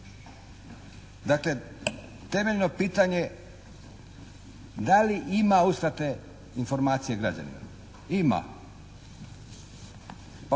Dakle temeljno pitanje da li ima uskrate informacije građanima? Ima.